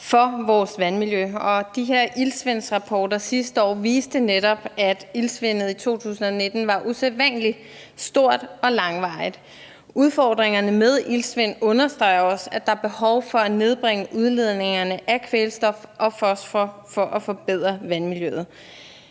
for vores vandmiljø, og de her iltsvindsrapporter sidste år viste netop, at iltsvindet i 2019 var usædvanlig stort og langvarigt. Udfordringerne med iltsvind understreger også, at der er behov for at nedbringe udledningerne af kvælstof og fosfor for at forbedre vandmiljøet.